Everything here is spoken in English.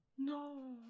No